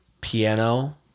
piano